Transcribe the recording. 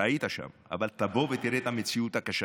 היית שם, אבל תבוא ותראה את המציאות הקשה.